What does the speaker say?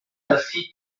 menshi